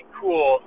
cool